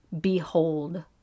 Behold